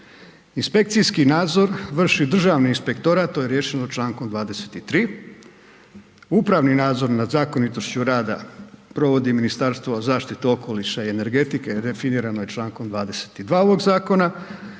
Inspekcijski nadzor vrši Državni inspektorat to je riješeno Člankom 23., upravni nadzor nad zakonitošću rada provodi Ministarstvo zaštite okoliša i energetike, a definirano je Člankom 22.